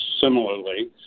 similarly